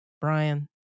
Brian